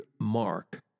mark